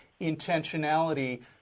intentionality